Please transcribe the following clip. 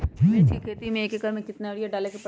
मिर्च के खेती में एक एकर में कितना यूरिया डाले के परतई?